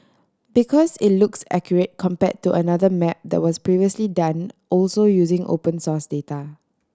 because it looks accurate compare to another map that was previously done also using open source data